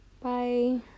bye